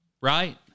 right